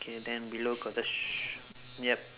okay then below got the sh~ yup